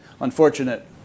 unfortunate